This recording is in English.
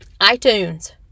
iTunes